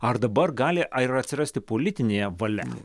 ar dabar gali ar atsirasti politinė valia